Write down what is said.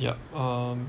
yup um